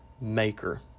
maker